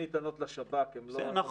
--- שניתנות לשב"כ הן לא --- נכון,